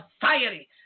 society